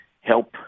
help